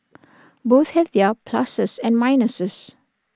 both have their pluses and minuses